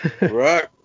Right